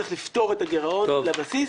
צריך לפתור את הגרעון לבסיס,